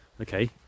okay